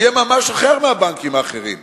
שיהיה ממש אחר מהבנקים האחרים.